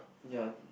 yea